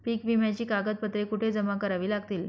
पीक विम्याची कागदपत्रे कुठे जमा करावी लागतील?